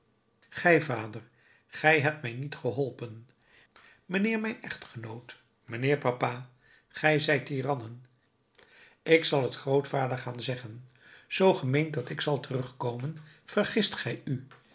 gij vader gij hebt mij niet geholpen mijnheer mijn echtgenoot mijnheer papa gij zijt tirannen ik zal t grootvader gaan zeggen zoo ge meent dat ik zal terugkomen vergist gij u